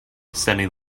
sending